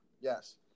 Yes